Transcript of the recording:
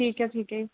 ਠੀਕ ਹੈ ਠੀਕ ਹੈ